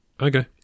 Okay